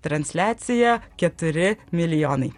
transliacija keturi milijonai